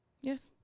Yes